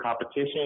competition